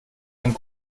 einen